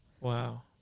Wow